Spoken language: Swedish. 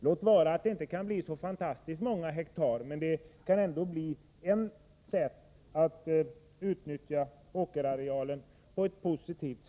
Låt vara att det inte kan bli fråga om så fantastiskt många hektar, men det kan ändå vara ett sätt att utnyttja åkerarealen positivt.